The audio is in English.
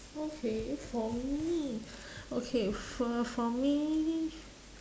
okay for me okay for for me